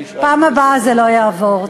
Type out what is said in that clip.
בפעם הבאה זה לא יעבור.